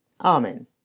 Amen